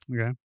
Okay